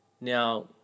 Now